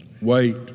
Wait